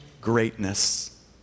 greatness